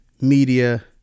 media